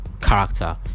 character